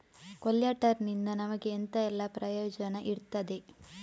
ಕೊಲ್ಯಟರ್ ನಿಂದ ನಮಗೆ ಎಂತ ಎಲ್ಲಾ ಪ್ರಯೋಜನ ಇರ್ತದೆ?